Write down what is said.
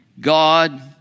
God